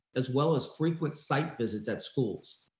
as well as frequent site visits at schools.